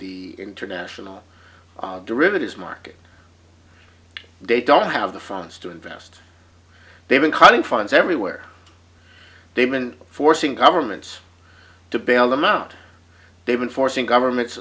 the international derivatives market they don't have the funds to invest they've been cutting funds everywhere they've been forcing governments to bail them out they've been forcing government